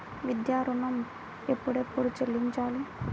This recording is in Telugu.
విద్యా ఋణం ఎప్పుడెప్పుడు చెల్లించాలి?